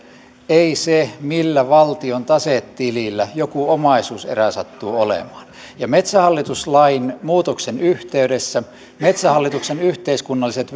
ei se millä valtion tasetilillä joku omaisuuserä sattuu olemaan metsähallitus lain muutoksen yhteydessä metsähallituksen yhteiskunnalliset